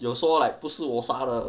有说 like 不是我杀的